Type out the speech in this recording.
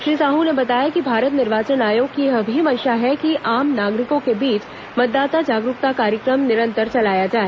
श्री साहू ने बताया कि भारत निर्वाचन आयोग की यह भी मंशा है कि आम नागरिकों के बीच मतदाता जागरूकता कार्यक्रम निरंतर चलाया जाए